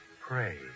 pray